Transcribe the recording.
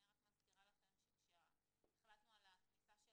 אני רק מזכירה לכם שכשהחלטנו על הכניסה של